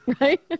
Right